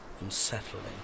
unsettling